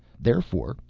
therefore,